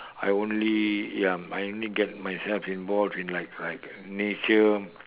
I only ya I only get myself involve in like like nature